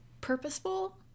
purposeful